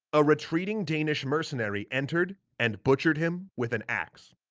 a retreating danish mercenary entered, and butchered him with an axe.